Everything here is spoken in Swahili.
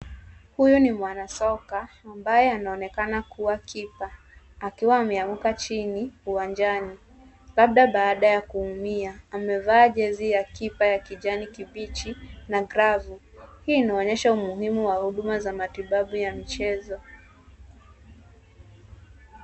Huyu ni wanasoka ambaye anaonekana kuwa keeper akiwa ameanguka chini uwanjani labda baada ya kuumia. Amevaa jersey ya keeper ya kijani kibichi na glavu. Hii inaonyesha umuhimu wa huduma za matibabu ya michezo.